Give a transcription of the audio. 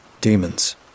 Demons